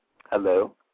Hello